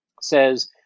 says